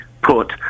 put